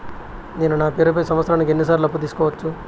నేను నా పేరుపై సంవత్సరానికి ఎన్ని సార్లు అప్పు తీసుకోవచ్చు?